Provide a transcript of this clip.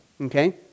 okay